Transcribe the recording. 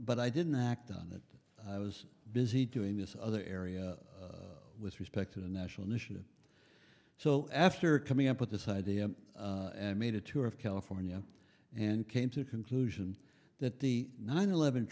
but i didn't act on it i was busy doing this other area with respect to the national initiative so after coming up with this idea i made a tour of california and came to a conclusion that the nine eleven